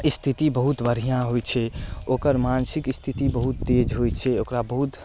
स्थिति बहुत बढ़िआँ होइ छै ओकर मानसिक स्थिति बहुत तेज होइ छै ओकरा बहुत